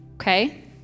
okay